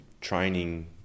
training